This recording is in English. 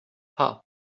pub